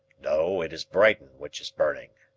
no, it is brighton which is burning,